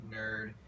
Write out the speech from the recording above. nerd